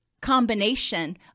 combination